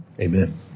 Amen